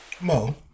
Mo